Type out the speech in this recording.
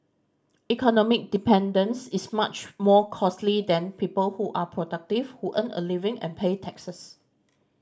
economic dependence is much more costly than people who are productive who earn a living and pay taxes